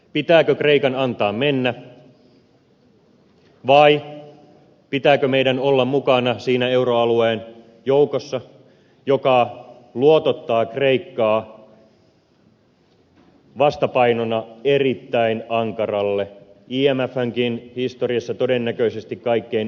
pitääkö kreikan antaa mennä vai pitääkö meidän olla mukana siinä euroalueen joukossa joka luotottaa kreikkaa vastapainona erittäin ankaralle imfnkin historiassa todennäköisesti kaikkein ankarimmalle talouskuurille